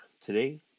today